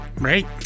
Right